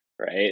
right